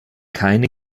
keine